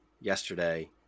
yesterday